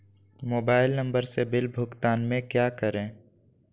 Mobile number से bill भुगतान में क्या करें?